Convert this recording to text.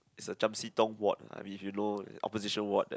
it's a Chiam-See-Tong ward ah I mean if you know opposition ward that